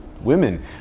women